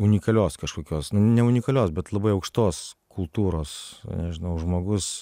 unikalios kažkokios ne unikalios bet labai aukštos kultūros nežinau žmogus